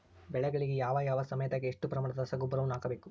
ಬೆಳೆಗಳಿಗೆ ಯಾವ ಯಾವ ಸಮಯದಾಗ ಎಷ್ಟು ಪ್ರಮಾಣದ ರಸಗೊಬ್ಬರವನ್ನು ಹಾಕಬೇಕು?